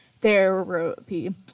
therapy